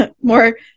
more